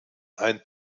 ein